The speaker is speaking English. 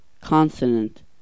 Consonant